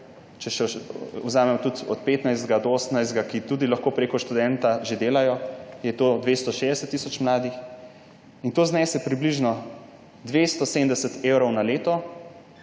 vzamemo od 15. do 18. leta, ki tudi lahko prek študenta že delajo, je to 260 tisoč mladih, in to znese približno 270 evrov na leto